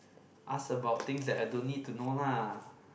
ask about things that I don't need to know lah